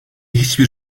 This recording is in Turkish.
hiçbir